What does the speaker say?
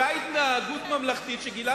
ציפיתי מציפי לאותה התנהגות ממלכתית שגילה